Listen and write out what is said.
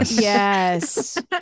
Yes